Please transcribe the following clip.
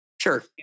Sure